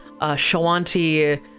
Shawanti